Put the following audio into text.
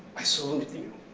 i salute you.